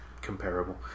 comparable